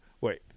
Wait